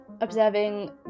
observing